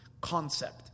concept